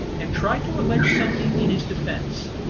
and tried to allege something in his defence.